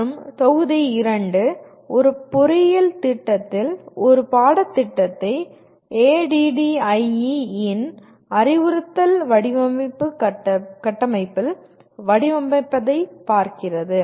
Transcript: மற்றும் தொகுதி 2 ஒரு பொறியியல் திட்டத்தில் ஒரு பாடத்திட்டத்தை ADDIE இன் அறிவுறுத்தல் வடிவமைப்பு கட்டமைப்பில் வடிவமைப்பதைப் பார்க்கிறது